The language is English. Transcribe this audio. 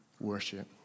worship